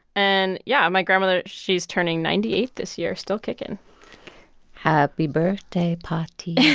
and, yeah, my grandmother she's turning ninety eight this year still kicking happy birthday, paati